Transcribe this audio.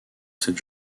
cette